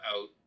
out